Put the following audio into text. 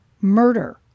Murder